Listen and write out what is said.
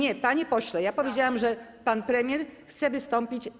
Nie, panie pośle, powiedziałam, że pan premier chce wystąpić.